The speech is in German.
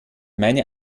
meine